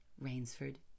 Rainsford